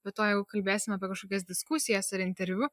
be to jeigu kalbėsime apie kažkokias diskusijas ar interviu